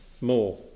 more